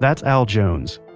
that's al jones,